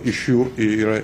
iš jų yra